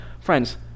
Friends